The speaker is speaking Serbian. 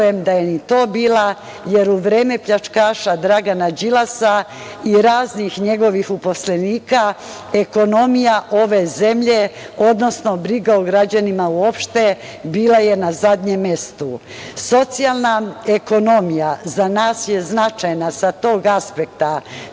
da je ni to bila, jer u vreme pljačkaša Dragana Đilasa i raznih njegovih uposlenika, ekonomija ove zemlje, odnosno briga o građanima uopšte, bila je na zadnjem mestu. Socijalna ekonomija za nas je značajna sa tog aspekta